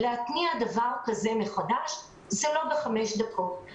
להתניע דבר כזה מחדש זה לא חמש דקות.